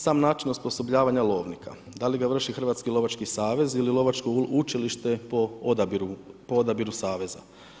Sam način osposobljavanja lovnika da li ga vrši Hrvatski lovački savez ili Lovačko učilište po odabiru saveza.